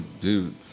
dude